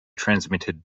transmitted